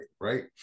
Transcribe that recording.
right